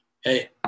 hey